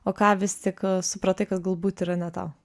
o ką vis tik supratai kad galbūt yra ne tau